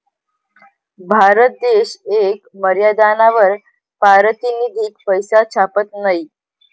भारत देश येक मर्यादानावर पारतिनिधिक पैसा छापत नयी